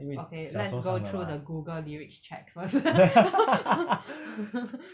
okay let's go through the Google lyrics check first